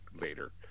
later